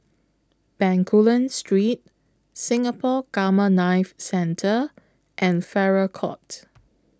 Bencoolen Street Singapore Gamma Knife Centre and Farrer Court